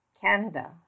Canada